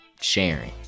sharing